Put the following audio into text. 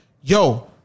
yo